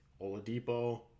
Oladipo